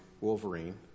Wolverine